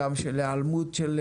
יש היעלמות של חבילות,